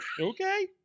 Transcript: Okay